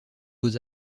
beaux